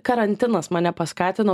karantinas mane paskatino